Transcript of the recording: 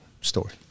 story